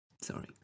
Sorry